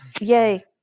Yay